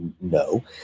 no